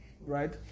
Right